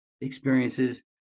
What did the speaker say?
experiences